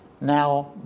now